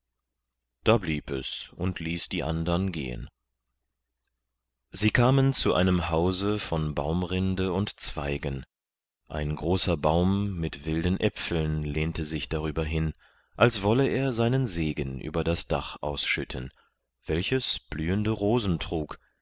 da blieb es und ließ die andern gehen sie kamen zu einem hause von baumrinde und zweigen ein großer baum mit wilden äpfeln lehnte sich darüber hin als wolle er seinen segen über das dach ausschütten welches blühende rosen trug